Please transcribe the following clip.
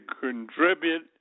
contribute